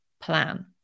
plan